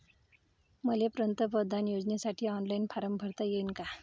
मले पंतप्रधान योजनेसाठी ऑनलाईन फारम भरता येईन का?